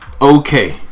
Okay